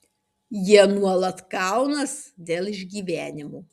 jie nuolat kaunas dėl išgyvenimo